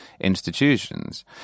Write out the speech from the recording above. institutions